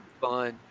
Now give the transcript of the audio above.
fun